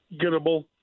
gettable